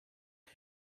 you